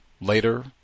later